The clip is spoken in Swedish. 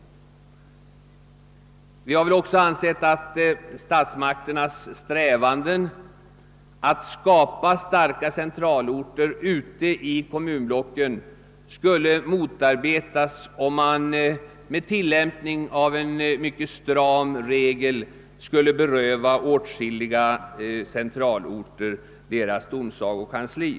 | Vi har vidare ansett att statsmakternas strävanden att skapa starka centralorter ute i kommunblocken skulle motarbetas om man med tillämpning av en mycket stram regel skulle beröva åtskilliga centralorter deras domsagokanslier.